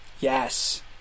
Yes